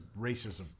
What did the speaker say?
racism